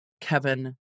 Kevin